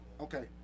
okay